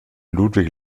ludwig